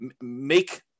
make